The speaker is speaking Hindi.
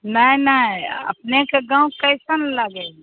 नहीं नहीं अपने के गाँव कैसन लगे है